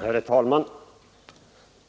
Herr talman!